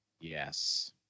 Yes